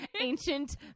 ancient